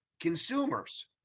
consumers